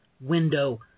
window